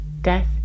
Death